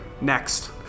Next